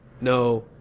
no